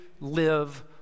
live